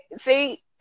see